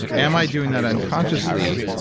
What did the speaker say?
am i doing that unconsciously,